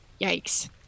Yikes